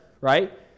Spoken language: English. right